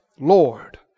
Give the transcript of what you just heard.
Lord